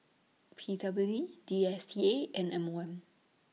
P W D D S T A and M one